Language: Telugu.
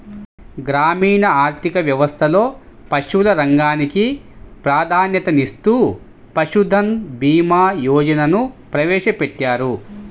గ్రామీణ ఆర్థిక వ్యవస్థలో పశువుల రంగానికి ప్రాధాన్యతనిస్తూ పశుధన్ భీమా యోజనను ప్రవేశపెట్టారు